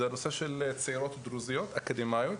זה הנושא של צעירות דרוזיות אקדמיות,